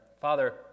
Father